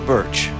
Birch